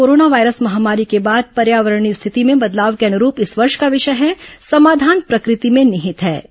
corona virus महामारी के बाद पर्यावरणीय स्थिति में बदलाव के अनुरूप इस वर्ष का विषय है समाधान प्रकृति में निहित है